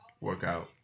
workout